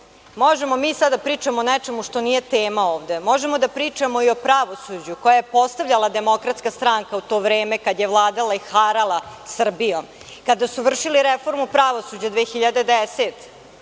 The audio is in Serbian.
mi sada da pričamo o nečemu što nije tema ovde, možemo da pričamo i o pravosuđe koje je postavljala Demokratska stranka u to vreme kada je vladala i harala Srbijom, kada su vršili reformu pravosuđa 2010.